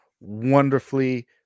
wonderfully